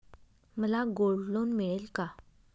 मला gold loan मिळेल का?